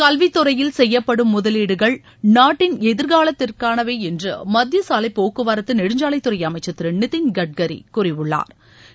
கல்வித் துறையில் செய்யப்படும் முதலீடுகள் நாட்டின் எதிர்காலத்திற்கானவை என்று மத்திய சாலைப் போக்குவரத்து நெடுஞ்சாலைத் துறை அமைச்சா் திரு நிதின் கட்கரி கூறியுள்ளாா்